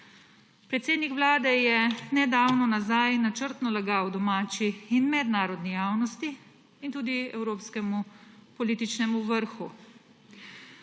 Predsednik vlade je nedavno nazaj načrtno lagal domači in mednarodni javnosti in tudi evropskemu političnemu vrhu.